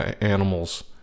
animals